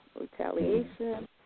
retaliation